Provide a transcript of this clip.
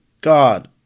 God